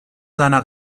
seiner